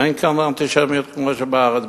אין כאן אנטישמיות כמו שבארץ.